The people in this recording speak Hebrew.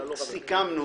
בבקשה.